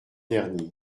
dernier